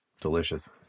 Delicious